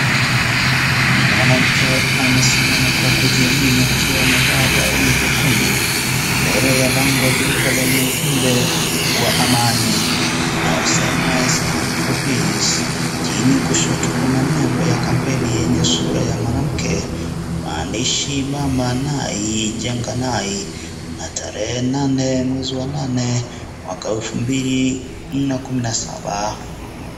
Mwanamke amesimama kwa kujiamini akiwa amevaa gaoni jekundu mbele la bango jeupe lenye ujumbe wa amani unaosema i stand for peace chini kushoto kuna nembo ya kampeini yenye sura ya mwanamke maandishi Mama Nai Jenga Nai na tarehe nane mwezi wa nane mwaka wa elfu mbili na kumi na saba.